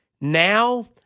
now